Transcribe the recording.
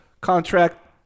contract